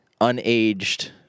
unaged